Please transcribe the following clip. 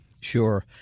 Sure